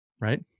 right